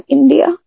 India